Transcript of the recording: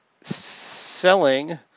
selling